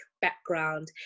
background